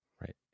right